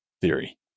theory